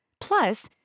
Plus